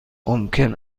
ممکن